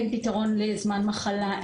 אין פתרון לזמן מחלה,